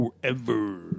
forever